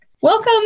welcome